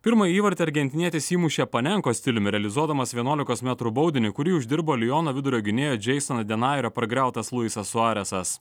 pirmąjį įvartį argentinietis įmušė panenkos stiliumi realizuodamas vienuolikos metrų baudinį kurį uždirbo liono vidurio gynėjo džeisono denajerio pargriautas luisas suarezas